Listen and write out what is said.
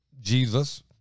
jesus